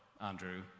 Andrew